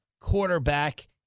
quarterback